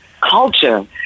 culture